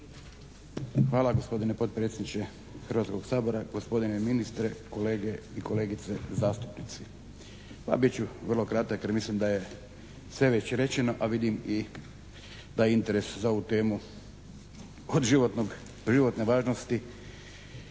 Hvala gospodine potpredsjedniče Hrvatskog sabora, gospodine ministre, kolege i kolegice zastupnici. Pa bit ću vrlo kratak jer mislim da je sve već rečeno, a vidim i da interes za ovu temu od životne važnosti